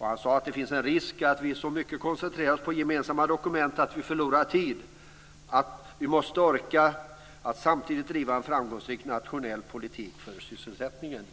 Han sade att det finns en risk för att vi så mycket koncentrerar oss på gemensamma dokument att vi förlorar tid och att vi måste orka att samtidigt driva en framgångsrik nationell politik för sysselsättningen.